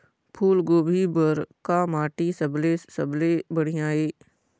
फूलगोभी बर का माटी सबले सबले बढ़िया ये?